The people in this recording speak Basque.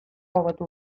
hobetu